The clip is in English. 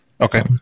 Okay